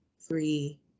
three